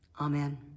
Amen